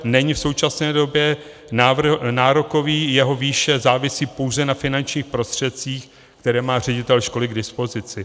Není v současné době nárokový, jeho výše závisí pouze na finančních prostředcích, které má ředitel školy k dispozici.